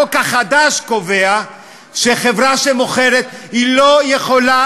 החוק החדש קובע שחברה שמוכרת לא יכולה